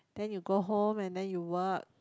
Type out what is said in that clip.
then you go home and then you work